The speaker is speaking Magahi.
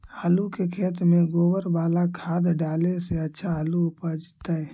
आलु के खेत में गोबर बाला खाद डाले से अच्छा आलु उपजतै?